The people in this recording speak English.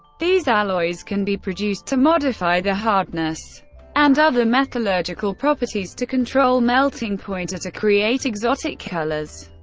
these alloys can be produced to modify the hardness and other metallurgical properties, to control melting point or to create exotic colors.